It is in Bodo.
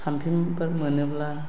पाम्पिंफोर मोनोब्ला